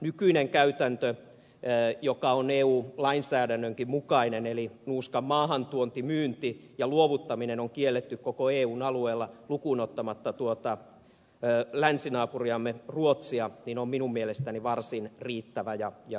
nykyinen käytäntö joka on eu lainsäädännönkin mukainen nuuskan maahantuonti myynti ja luovuttaminen on kielletty koko eun alueella lukuun ottamatta länsinaapuriamme ruotsia on minun mielestäni varsin riittävä ja järkevä ratkaisu